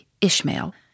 Ishmael